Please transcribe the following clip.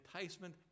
enticement